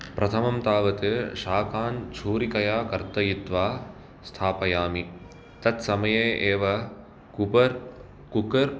प्रथमं तावत् शाकान् छूरिकया कर्तयित्वा स्थापयामि तत्समये एव कुबर् कुक्कर्